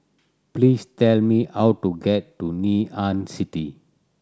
please tell me how to get to Ngee Ann City